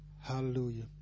Hallelujah